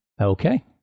Okay